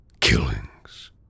killings